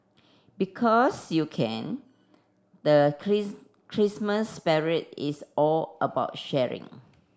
because you can the Christmas spirit is all about sharing